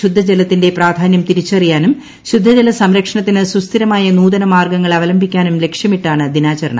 ശുദ്ധജലത്തിന്റെ പ്രാധാന്യം തിരിച്ചറിയാനും ശുദ്ധജല സംരക്ഷണത്തിന് സുസ്ഥിരമായ നൂതന മാർഗങ്ങൾ അവലംബിക്കാനും ലക്ഷ്യമിട്ടാണ് ദിനാചരണം